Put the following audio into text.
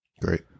great